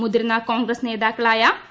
മുതിർന്ന കോൺഗ്രസ് നേതാക്കളായ എ